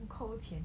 偷钱